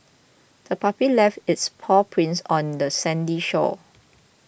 the puppy left its paw prints on the sandy shore